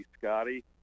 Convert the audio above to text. Scotty